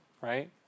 right